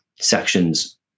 sections